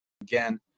again